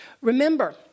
Remember